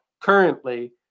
currently